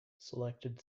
selected